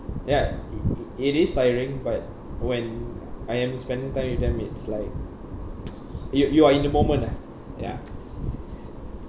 ya it it it is tiring but when I am spending time with them it's like you are you are in the moment lah ya